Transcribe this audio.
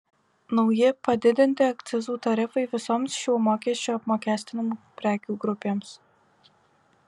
nauji padidinti akcizų tarifai visoms šiuo mokesčiu apmokestinamų prekių grupėms